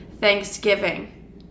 thanksgiving